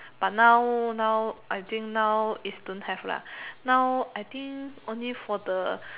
but now now I think now is don't have lah now I think only for the